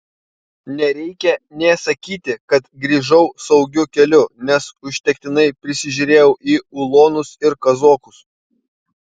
nereikia nė sakyti kad grįžau saugiu keliu nes užtektinai prisižiūrėjau į ulonus ir kazokus